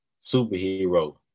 superhero